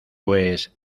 pues